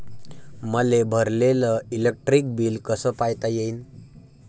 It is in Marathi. मले भरलेल इलेक्ट्रिक बिल कस पायता येईन?